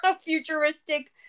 futuristic